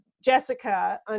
jessica